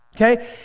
okay